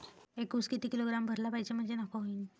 एक उस किती किलोग्रॅम भरला पाहिजे म्हणजे नफा होईन?